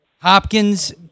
Hopkins